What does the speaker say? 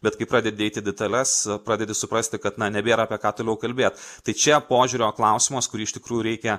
bet kai pradedi eiti į detales pradedi suprasti kad na nebėra apie ką toliau kalbėt tai čia požiūrio klausimas kurį iš tikrųjų reikia